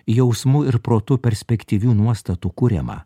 jausmų ir protu perspektyvių nuostatų kuriamą